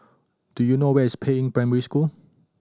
do you know where is Peiying Primary School